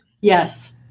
Yes